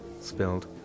spilled